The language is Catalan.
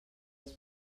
els